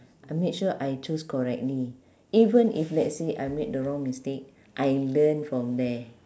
I made sure I choose correctly even if let's say I made the wrong mistake I learn from there